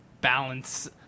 balance